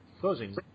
closing